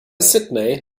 sydney